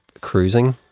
cruising